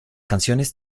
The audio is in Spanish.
canciones